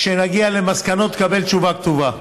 כשנגיע למסקנות תקבל תשובה כתובה.